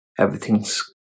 everything's